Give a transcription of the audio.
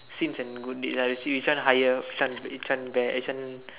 sins and good deeds right see which one higher which one bad which one